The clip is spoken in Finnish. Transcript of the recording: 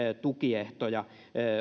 tukiehtoja